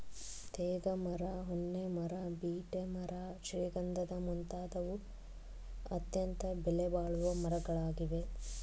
ತೇಗ ಮರ, ಹೊನ್ನೆ ಮರ, ಬೀಟೆ ಮರ ಶ್ರೀಗಂಧದ ಮುಂತಾದವು ಅತ್ಯಂತ ಬೆಲೆಬಾಳುವ ಮರಗಳಾಗಿವೆ